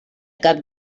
cap